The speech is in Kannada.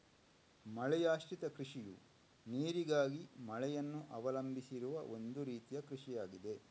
ಮಳೆಯಾಶ್ರಿತ ಕೃಷಿಯು ನೀರಿಗಾಗಿ ಮಳೆಯನ್ನು ಅವಲಂಬಿಸಿರುವ ಒಂದು ರೀತಿಯ ಕೃಷಿಯಾಗಿದೆ